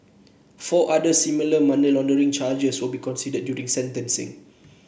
four other similar money laundering charges will be considered during sentencing